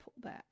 pullback